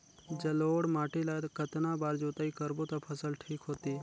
जलोढ़ माटी ला कतना बार जुताई करबो ता फसल ठीक होती?